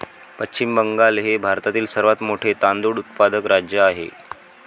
पश्चिम बंगाल हे भारतातील सर्वात मोठे तांदूळ उत्पादक राज्य आहे